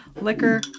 Liquor